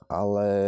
ale